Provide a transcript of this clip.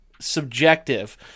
subjective